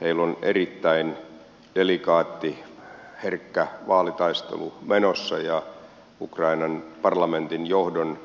heillä on erittäin delikaatti herkkä vaalitaistelu menossa ja ukrainan parlamentin johdon